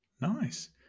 Nice